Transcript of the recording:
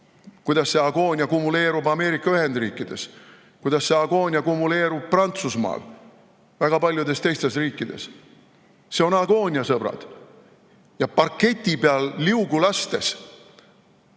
kuidas agoonia kumuleerub Ameerika Ühendriikides, kuidas agoonia kumuleerub Prantsusmaal ja väga paljudes teistes riikides. See on agoonia, sõbrad! Ja parketi peal liugu lastes